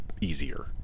easier